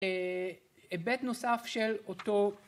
היבט נוסף של אותו